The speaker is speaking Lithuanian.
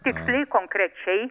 tiksliai konkrečiai